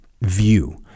view